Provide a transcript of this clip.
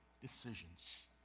decisions